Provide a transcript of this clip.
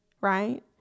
right